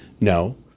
No